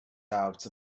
doubts